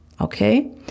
Okay